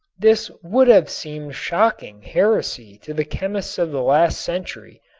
this would have seemed shocking heresy to the chemists of the last century,